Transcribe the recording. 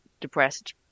depressed